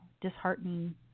disheartening